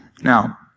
Now